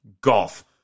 golf